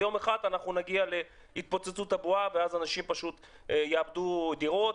ביום אחד אנחנו נגיע להתפוצצות הבועה ואז אנשים פשוט יאבדו דירות,